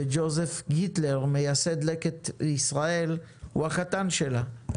ג'וזף גיטלר מייסד לקט ישראל הוא החתן שלה,